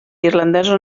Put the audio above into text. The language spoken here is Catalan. irlandesos